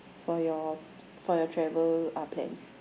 for your for your travel uh plans